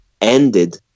ended